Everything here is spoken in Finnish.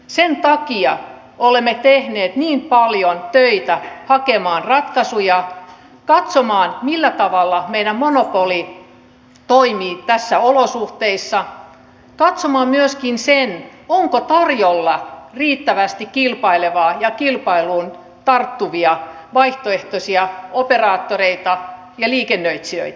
sen takia olemme tehneet niin paljon töitä hakeaksemme ratkaisuja katsoaksemme millä tavalla meidän monopolimme toimii näissä olosuhteissa katsoaksemme myöskin sen onko tarjolla riittävästi kilpailevaa ja kilpailuun tarttuvia vaihtoehtoisia operaattoreita ja liikennöitsijöitä